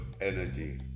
energy